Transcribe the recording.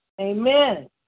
Amen